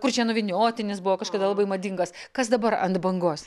kuršėnų vyniotinis buvo kažkada labai madingas kas dabar ant bangos